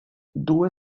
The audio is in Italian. due